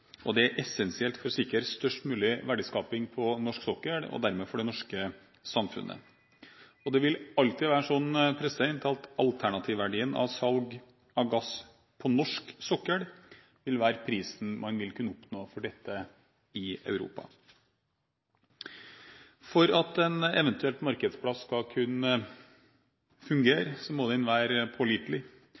og det er essensielt for å sikre størst mulig verdiskaping på norsk sokkel og dermed for det norske samfunnet. Det vil alltid være sånn at alternativverdien av salg av gass på norsk sokkel vil være den prisen man vil kunne oppnå i Europa. For at en eventuell markedsplass skal kunne fungere må den være pålitelig,